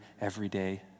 everyday